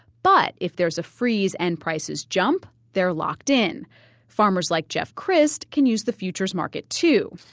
but if there's a freeze and prices jump, they're locked in farmers like jeff crist can use the futures market too